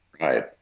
Right